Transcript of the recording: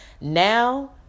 Now